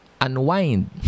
Unwind